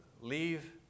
leave